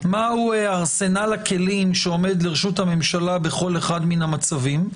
מה הוא ארסנל הכלים שעומד לרשות הממשלה בכל אחד מן המצבים,